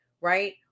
right